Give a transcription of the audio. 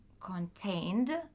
contained